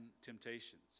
temptations